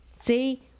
See